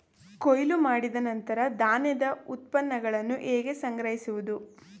ಕೊಯ್ಲು ಮಾಡಿದ ನಂತರ ಧಾನ್ಯದ ಉತ್ಪನ್ನಗಳನ್ನು ಹೇಗೆ ಸಂಗ್ರಹಿಸುವುದು?